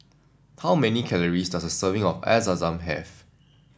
how many calories does a serving of Air Zam Zam have